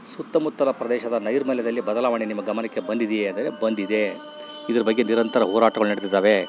ಸುತ್ತಮುತ್ತಲ ಪ್ರದೇಶದ ನೈರ್ಮಲ್ಯದಲ್ಲಿ ಬದಲಾವಣೆ ನಿಮ್ಮ ಗಮನಕ್ಕೆ ಬಂದಿದಿಯೇ ಅಂದರೆ ಬಂದಿದೆ ಇದ್ರ ಬಗ್ಗೆ ನಿರಂತರ ಹೋರಾಟಗಳು ನಡೆದಿದ್ದಾವೆ